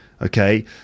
okay